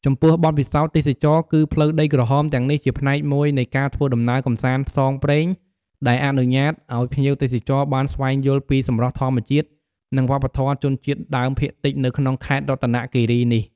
ចំពោះបទពិសោធន៍ទេសចរណ៍ គឺផ្លូវដីក្រហមទាំងនេះជាផ្នែកមួយនៃការធ្វើដំណើរកម្សាន្តផ្សងព្រេង ដែលអនុញ្ញាតឱ្យភ្ញៀវទេសចរបានស្វែងយល់ពីសម្រស់ធម្មជាតិ និងវប្បធម៌ជនជាតិដើមភាគតិចនៅក្នុងខេត្តរតនគិរីនេះ។